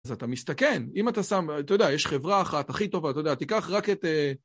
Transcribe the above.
אז אתה מסתכן, אם אתה שם, אתה יודע, יש חברה אחת, הכי טובה, אתה יודע, תיקח רק את...